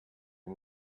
and